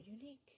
unique